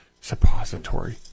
Suppository